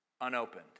unopened